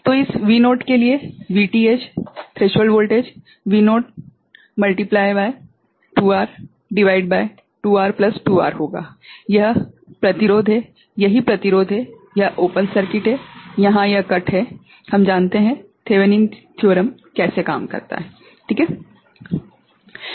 तो इस V0 के लिए VTh V0 गुणित 2R भागित 2R प्लस 2R होगा यह प्रतिरोध है यही प्रतिरोध है यह ओपन सर्किट है यहाँ यह कट है हम जानते हैं थेवेनिन प्रमेय Thevenin's Theorem कैसे काम करता है ठीक है